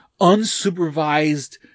unsupervised